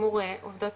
כמובן עובדות